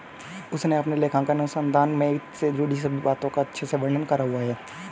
उसने अपने लेखांकन अनुसंधान में वित्त से जुड़ी सभी बातों का अच्छे से वर्णन करा हुआ था